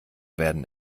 werden